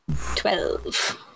Twelve